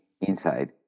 inside